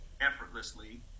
effortlessly